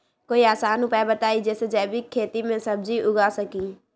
कोई आसान उपाय बताइ जे से जैविक खेती में सब्जी उगा सकीं?